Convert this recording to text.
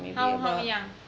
how how young